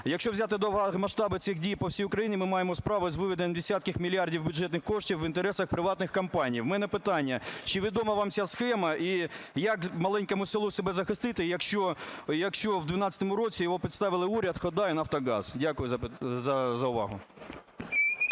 Якщо взяти до уваги масштаби цих дій по всій України, ми маємо справу з виведенням десятків мільярдів бюджетних коштів в інтересах приватних компаній. В мене питання: чи відома вам ця схема, і як маленькому селу себе захистити, якщо в 12-му році його підставили уряд, ХОДА і "Нафтогаз"? Дякую за увагу.